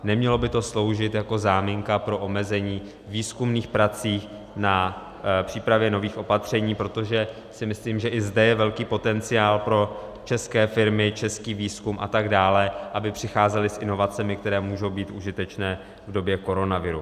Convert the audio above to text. Nemělo by to sloužit jako záminka pro omezení výzkumných prací na přípravě nových opatření, protože si myslím, že i zde je velký potenciál pro české firmy, český výzkum a tak dále, aby přicházely s inovacemi, které můžou být užitečné v době koronaviru.